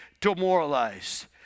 demoralized